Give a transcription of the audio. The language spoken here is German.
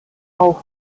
auf